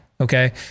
Okay